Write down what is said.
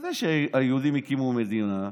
בוודאי שהיהודים הקימו מדינה,